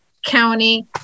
county